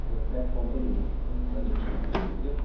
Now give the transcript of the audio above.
एउटा प्लाटफर्म पनि हो ट्रान्जेक्सनहरू गर्ने क्याउ